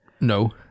No